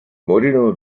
morirono